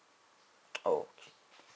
okay